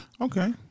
Okay